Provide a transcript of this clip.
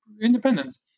independence